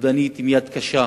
קפדנית וביד קשה